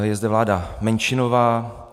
Je zde vláda menšinová.